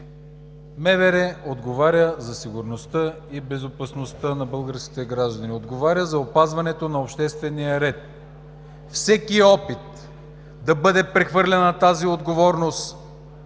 МВР отговаря за сигурността и безопасността на българските граждани, отговаря за опазването на обществения ред. Всеки опит да бъде прехвърлена тази отговорност